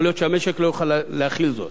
יכול להיות שהמשק לא יוכל להכיל זאת.